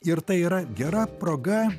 ir tai yra gera proga